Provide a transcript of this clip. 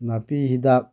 ꯅꯥꯄꯤ ꯍꯤꯗꯥꯛ